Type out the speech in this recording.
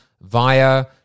via